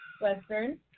Western